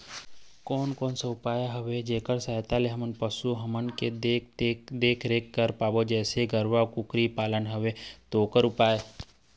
कोन कौन सा उपाय हवे जेकर सहायता से हम पशु हमन के देख देख रेख कर पाबो जैसे गरवा कुकरी पालना हवे ता ओकर उपाय?